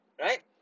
right